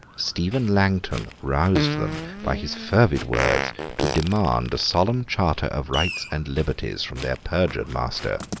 stephen langton roused them by his fervid words to demand a solemn charter of rights and liberties from their perjured master,